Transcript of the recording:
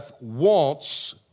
wants